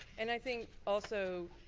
and i think also,